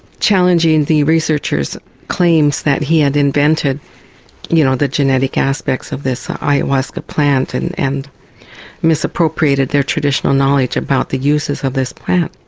challenging the researcher's claims that he had invented you know the genetic aspects of this ayahuasca plant and and misappropriated their traditional knowledge about the uses of this plant.